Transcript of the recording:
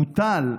בוטל,